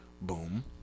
boom